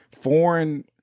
foreign